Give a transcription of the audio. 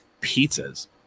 pizzas